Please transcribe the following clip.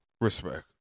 Respect